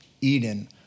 Eden